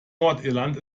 nordirland